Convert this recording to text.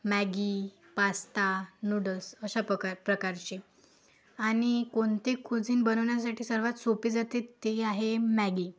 Maggi pasta noodles अशापकार प्रकारचे आणि कोणते कुझीन बनवण्यासाठी सर्वात सोपे जाते ते आहे मॅगी